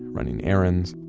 running errands.